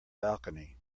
balcony